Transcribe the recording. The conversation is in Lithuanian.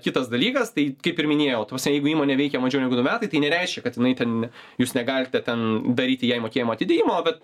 kitas dalykas tai kaip ir minėjau ta prasme jeigu įmonė veikia mažiau negu du metai tai nereiškia kad jinai ten jūs negalite ten daryti jai mokėjimo atidėjimo bet